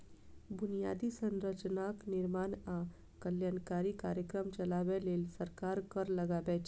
बुनियादी संरचनाक निर्माण आ कल्याणकारी कार्यक्रम चलाबै लेल सरकार कर लगाबै छै